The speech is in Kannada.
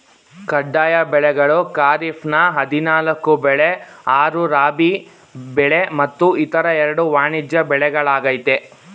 ಕಡ್ಡಾಯ ಬೆಳೆಗಳು ಖಾರಿಫ್ನ ಹದಿನಾಲ್ಕು ಬೆಳೆ ಆರು ರಾಬಿ ಬೆಳೆ ಮತ್ತು ಇತರ ಎರಡು ವಾಣಿಜ್ಯ ಬೆಳೆಗಳಾಗಯ್ತೆ